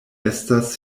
estas